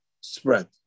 spread